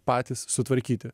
patys sutvarkyti